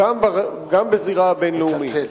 גם בזירה הבין-לאומית,